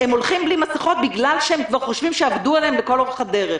- הם הולכים בלי מסיכות בגלל שהם חושבים ש"עבדו" עליהם לכל אורך הדרך.